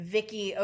Vicky